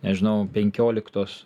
nežinau penkioliktos